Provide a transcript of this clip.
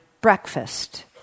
breakfast